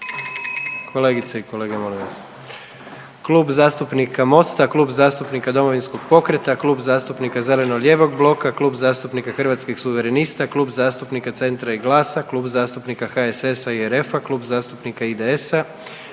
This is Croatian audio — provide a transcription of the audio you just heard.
kolegice i kolege, molim vas, Klub zastupnika Mosta, Klub zastupnika Domovinskog pokreta, Klub zastupnika zeleno-lijevog bloka, Klub zastupnika Hrvatskih suverenista, Klub zastupnika Centra i GLAS-a, Klub zastupnika HSS-a i RF-a, Klub zastupnika IDS-a,